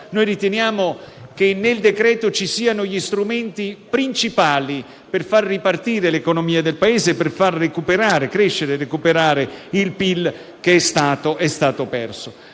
sì. Riteniamo che nel testo ci siano gli strumenti principali per far ripartire l'economia del Paese e per far recuperare e crescere il PIL che è stato perso.